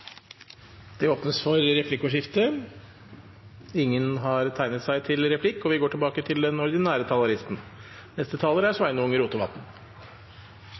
replikkordskifte. Ingen har tegnet seg til replikk, og vi går tilbake til den ordinære